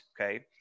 okay